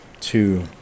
Two